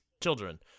children